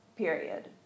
period